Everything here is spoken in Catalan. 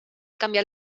canviat